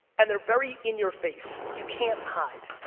and they're very in your face. you can't hide.